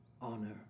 honor